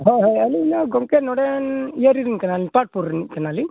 ᱦᱳᱭ ᱦᱳᱭ ᱟᱹᱞᱤᱧ ᱢᱟ ᱜᱚᱢᱠᱮ ᱱᱚᱰᱮᱱ ᱤᱭᱟᱹᱨᱮᱱ ᱠᱟᱱᱟᱞᱤᱧ ᱛᱚᱴᱯᱩᱨ ᱨᱮᱱᱤᱡ ᱠᱟᱱᱟᱞᱤᱧ